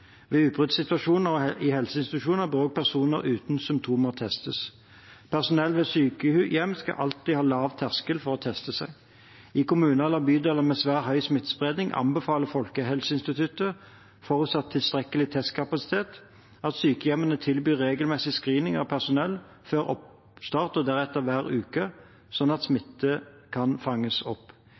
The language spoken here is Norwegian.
i helseinstitusjoner bør også personer uten symptomer testes. Personell ved sykehjem skal alltid ha lav terskel for å teste seg. I kommuner eller bydeler med svært høy smittespredning anbefaler Folkehelseinstituttet, forutsatt tilstrekkelig testkapasitet, at sykehjemmene tilbyr regelmessig screening av personellet før oppstart og deretter hver uke, slik at smitte kan fanges opp.